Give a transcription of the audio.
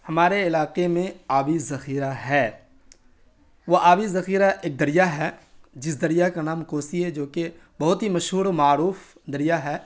ہمارے علاقے میں آبی ذخیرہ ہے وہ آبی ذخیرہ ایک دریا ہے جس دریا کا نام کوسی ہے جو کہ بہت ہی مشہور و معروف دریا ہے